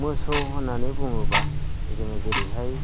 मोसौ होननानै बुङोब्ला जों जेरैहाय